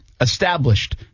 established